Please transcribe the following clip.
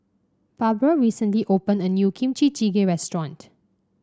Barbara recently opened a new Kimchi Jjigae Restaurant